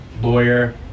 lawyer